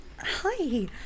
Hi